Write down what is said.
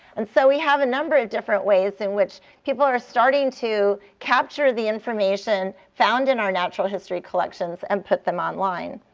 and so we have a number of different ways in which people are starting to capture the information found in our natural history collections and put them online.